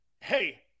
hey